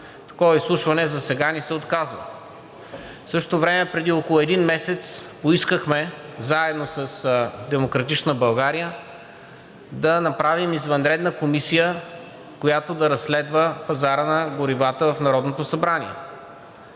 Такова изслушване засега ни се отказва. В същото време преди около един месец поискахме, заедно с „Демократична България“, да направим извънредна комисия, която да разследва пазара на горива в Народното събрание.